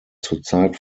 zurzeit